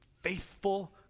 faithful